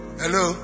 hello